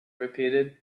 repeated